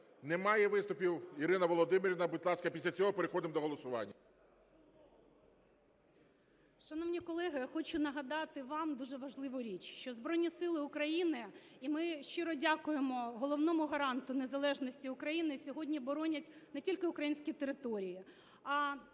немає виступів. Ірина Володимирівна, будь ласка, після цього переходимо до голосування. 14:38:11 ГЕРАЩЕНКО І.В. Шановні колеги, хочу нагадати вам дуже важливу річ, що Збройні Сили України, і ми щиро дякуємо Головному гаранту незалежності України, сьогодні боронять не тільки українські території,